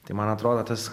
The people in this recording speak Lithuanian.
tai man atrodo tas